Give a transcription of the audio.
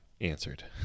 answered